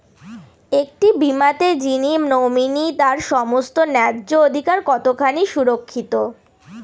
একটি বীমাতে যিনি নমিনি তার সমস্ত ন্যায্য অধিকার কতখানি সুরক্ষিত?